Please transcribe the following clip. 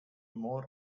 more